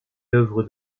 l’œuvre